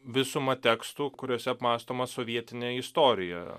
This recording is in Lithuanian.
visumą tekstų kuriuose apmąstoma sovietinė istorija